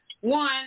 one